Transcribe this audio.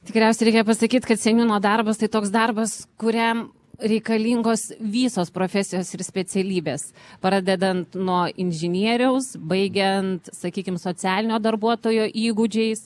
tikriausiai reikia pasakyt kad seimo darbas tai toks darbas kuriam reikalingos visos profesijos ir specialybės pradedant nuo inžinieriaus baigiant sakykim socialinio darbuotojo įgūdžiais